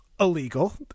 Illegal